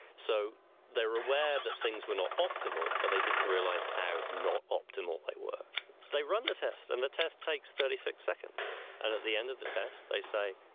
so they're aware that things were not optimal, but they didn't realize how not optimal they were. they run the test and the test takes thirty six seconds and at the end of the test they say,